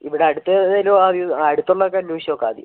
ഇവിടെ അടുത്ത് ഏതെങ്കിലും ആദ്യം അടുത്തുള്ളത് ഒക്കെ അനേഷിച്ച് നോക്കാം ആദ്യം